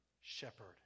shepherd